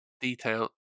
detail